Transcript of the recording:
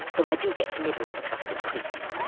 though i do get to nibble on the custard creams.